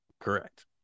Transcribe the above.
Correct